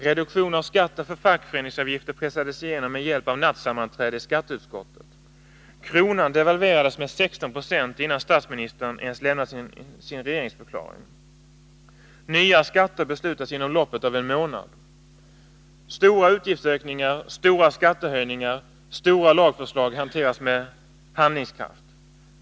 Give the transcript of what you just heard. Reduktion av skatten för fackföreningsavgifter pressades igenom med hjälp av nattsammanträde i skatteutskottet. Kronan devalverades med 16 90 innan statsministern ens lämnat sin regeringsförklaring. Nya skatter beslutas inom loppet av en månad. Stora utgiftsökningar, stora skattehöjningar och stora lagförslag hanteras med handlingskraft.